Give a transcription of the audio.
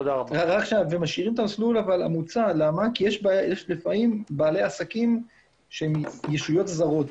משאירים את המסלול המוצע כי יש לפעמים בעלי עסקים שהם ישויות זרות